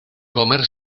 comer